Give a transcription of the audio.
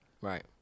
Right